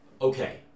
Okay